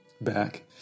back